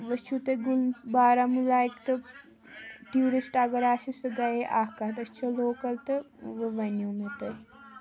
وٕچھو تُہی گُل بارہمولہ ہکہ تہٕ ٹیورسٹ اگر آسہِ تہٕ سُہ گٔیے اکھ کَتھ أسۍ چھِ لوکل تہٕ وٕ ؤنو مےٚ تُہۍ